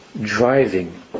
driving